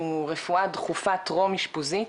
אם רפואה דחופה טרום אשפוזית,